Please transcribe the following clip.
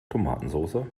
tomatensoße